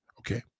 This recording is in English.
Okay